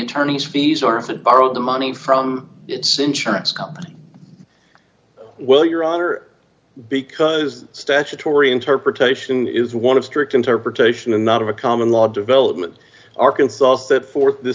attorney's fees aren't borrowed the money from its insurance company will your honor because the statutory interpretation is one of strict interpretation and not of a common law development arkansas state for th